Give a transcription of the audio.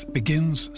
begins